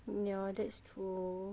ya that's true